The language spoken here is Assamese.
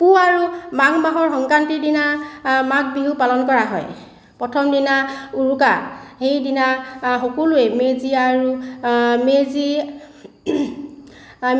পুহ আৰু মাঘ মাহৰ সংক্ৰান্তিৰ দিনা মাঘ বিহু পালন কৰা হয় প্ৰথম দিনা উৰুকা সেইদিনা সকলোৱে মেজি আৰু মেজি